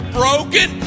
broken